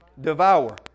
devour